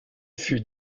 fut